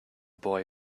boy